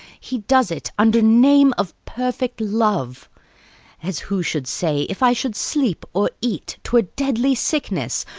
he does it under name of perfect love as who should say, if i should sleep or eat twere deadly sickness,